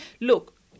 look